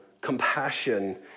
compassion